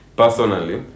personally